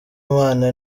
imana